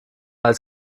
als